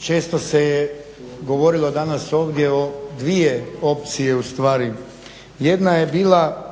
često se govorilo danas ovdje o dvije opcije u stvari. Jedna je bila